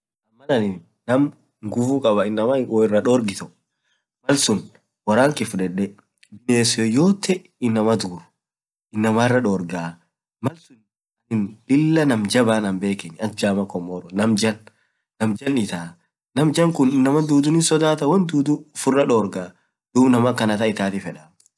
malaanin nguvuu kabaa naam inamaa woo irra dorg itoo, woraan kiyy fudede biness yyte inamaa tuuk inamaraa dorgaa malsuun lilaa nam jabaa ak jamaa komoroo naam jaan, naam jaan kuun inamaa kuliin hinsodataa naam akana kaan itatii fedaa.